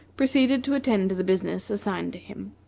proceeded to attend to the business assigned to him.